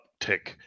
uptick